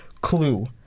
clue